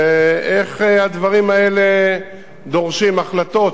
ואיך הדברים האלה דורשים החלטות,